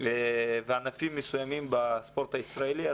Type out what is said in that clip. בענפים מסוימים של הספורט הישראלי.